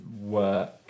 work